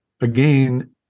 again